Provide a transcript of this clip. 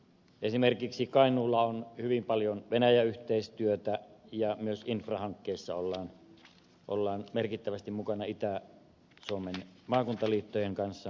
esimerkiksi kainuulla on hyvin paljon venäjä yhteistyötä ja myös infrahankkeissa ollaan merkittävästi mukana itä suomen maakuntaliittojen kanssa